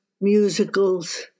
musicals